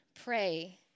pray